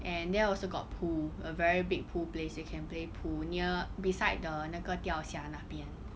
and there also got pool a very big pool place you can play pool near beside the 那个钓虾那边